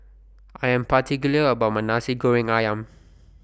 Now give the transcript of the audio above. I Am particular about My Nasi Goreng Ayam